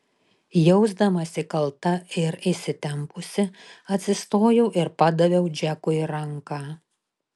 jausdamasi kalta ir įsitempusi atsistojau ir padaviau džekui ranką